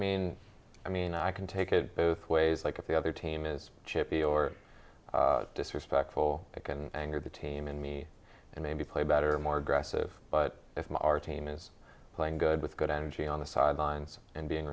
mean i mean i can take it both ways like if the other team is chippy or disrespectful and anger the team in me and maybe play better more grasses but if my our team is playing good with good energy on the sidelines and being